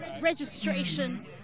registration